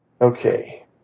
Okay